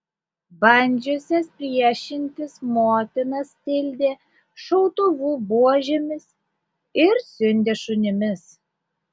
bandžiusias priešintis motinas tildė šautuvų buožėmis ir siundė šunimis